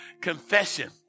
confession